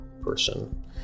person